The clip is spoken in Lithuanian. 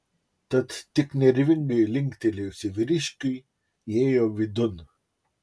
tad tik nervingai linktelėjusi vyriškiui įėjo vidun